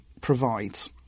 provides